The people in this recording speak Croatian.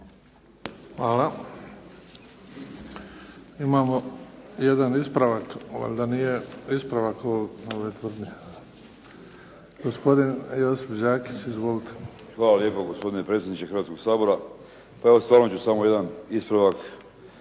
Hvala. Imamo jedan ispravak, valjda nije ispravak ove tvrdnje. Gospodin Josip Đakić. Izvolite. **Đakić, Josip (HDZ)** Hvala lijepo. Gospodine predsjedniče Hrvatskog sabora. Pa evo samo ću jedan ispravak